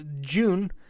June